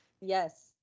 Yes